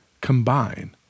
combine